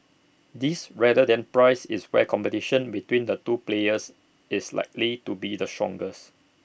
this rather than price is where competition between the two players is likely to be the strongest